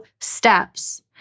steps